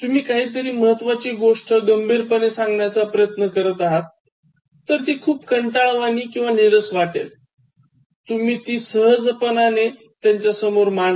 तुम्ही काहीतरी महत्वाची गोष्ट गंभीरपणे सांगण्याचा प्रयत्न करत आहात तर ती खूप कंटाळवाणी किंवा निरस वाटेल तुम्ही ती सहजपणाने त्यांच्यासमोर मांडा